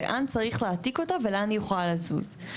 לאן צריך להעתיק אותה ולאן היא יכולה לזוז.